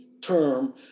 term